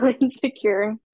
insecure